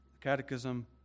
Catechism